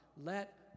Let